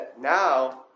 now